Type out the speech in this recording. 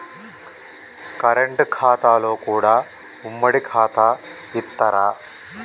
Current ఖాతాలో కూడా ఉమ్మడి ఖాతా ఇత్తరా?